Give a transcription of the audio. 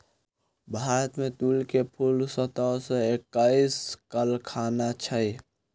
भारत में तूर के कुल सत्रह सौ एक्कैस कारखाना छै